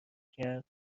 کرد